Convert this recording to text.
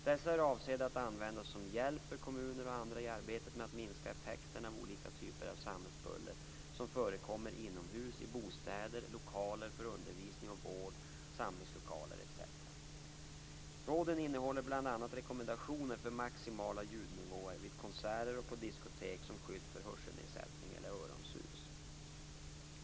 Dessa är avsedda att användas som hjälp för kommuner och andra i arbetet med att minska effekten av olika typer av samhällsbuller som förekommer inomhus i bostäder, lokaler för undervisning och vård, samlingslokaler etc. Råden innehåller bl.a. rekommendationer för maximala ljudnivåer vid konserter och på diskotek som skydd för hörselnedsättning eller öronsus.